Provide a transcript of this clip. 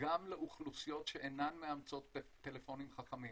גם לאוכלוסיות שאינן מאמצות טלפונים חכמים.